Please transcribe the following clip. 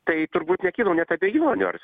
tai turbūt nekilo net abejonių ar